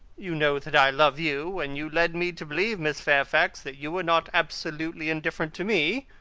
you know that i love you, and you led me to believe, miss fairfax, that you were not absolutely indifferent to me.